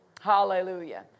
Hallelujah